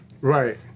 Right